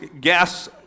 gas